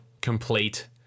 complete